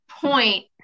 point